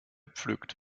pflückt